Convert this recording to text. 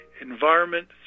environment